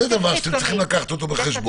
זה דבר שאתם צריכים לקחת בחשבון.